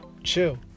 chill